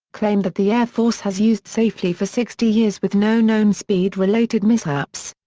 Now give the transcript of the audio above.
claimed that the air force has used safely for sixty years with no known speed-related mishaps.